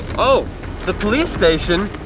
oh the police station,